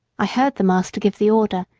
i heard the master give the order,